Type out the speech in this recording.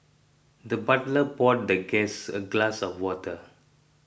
the butler poured the guest a glass of water